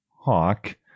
Hawk